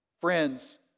Friends